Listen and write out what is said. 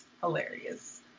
hilarious